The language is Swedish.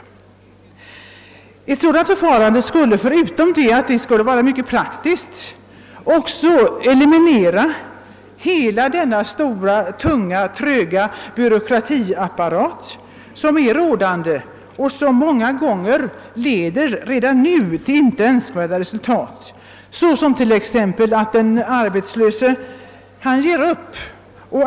Ett sådant förfarande skulle, förutom att det skulle vara mycket praktiskt, också eliminera hela denna stora mycket tröga byråkratiska apparat som man nu har och som redan nu leder till icke önskvärda resultat såsom att den arbetslöse ger upp.